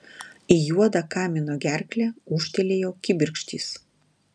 į juodą kamino gerklę ūžtelėjo kibirkštys